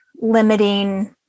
limiting